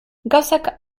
gauzak